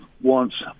wants